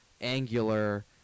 angular